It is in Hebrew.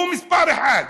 הוא מספר אחת.